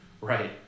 Right